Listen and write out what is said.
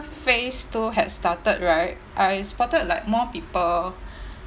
phase two had started right I spotted like more people